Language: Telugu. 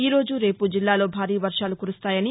ఈరోజు రేపు జిల్లాలో భారీ వర్షాలు కురిస్తాయని